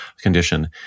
condition